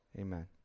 Amen